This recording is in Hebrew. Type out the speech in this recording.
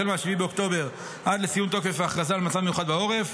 החל מ-7 באוקטובר ועד לסיום תוקף ההכרזה על מצב מיוחד בעורף,